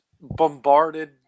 bombarded